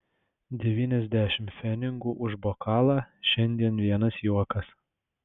devyniasdešimt pfenigų už bokalą šiandien vienas juokas